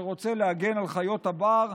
שרוצה להגן על חיות הבר,